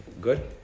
good